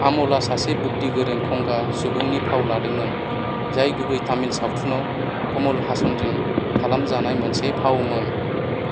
आमलआ सासे बुद्दिगोरों खंगा सुबुंनि फाव लादोंमोन जाय गुबै तामिल सावथुनाव कमल हासनजों खालामजानाय मोनसे फावमोन